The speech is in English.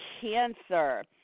cancer